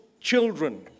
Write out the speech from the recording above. children